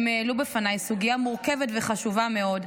הם העלו בפניי סוגיה מורכבת וחשובה מאוד,